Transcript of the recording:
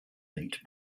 late